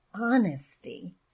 honesty